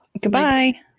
Goodbye